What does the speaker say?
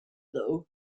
though